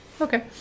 Okay